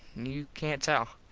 you cant tell.